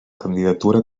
candidatura